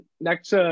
next